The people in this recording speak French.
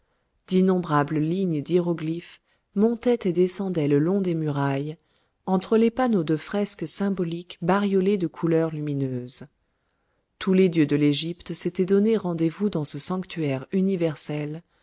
d'innombrables lignes d'hiéroglyphes montaient et descendaient le long des murailles entre les panneaux de fresques symboliques bariolés de couleurs lumineuses tous les dieux de l'égypte s'étaient donné rendez-vous dans ce sanctuaire universel